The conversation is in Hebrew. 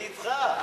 אני אתך.